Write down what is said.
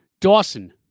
Dawson